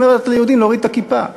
אומרת ליהודים להוריד את הכיפה בהר-הבית,